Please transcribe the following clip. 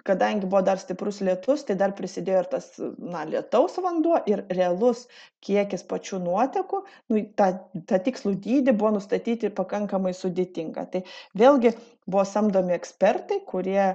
kadangi buvo dar stiprus lietus tai dar prisidėjo ir tas na lietaus vanduo ir realus kiekis pačių nuotekų nu tą tą tikslų dydį buvo nustatyti pakankamai sudėtinga tai vėlgi buvo samdomi ekspertai kurie